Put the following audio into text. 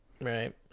right